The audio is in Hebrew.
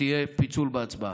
שיהיה פיצול בהצבעה.